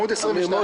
ההודעה אושרה.